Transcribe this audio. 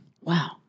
Wow